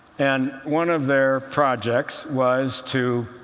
and one of their projects was to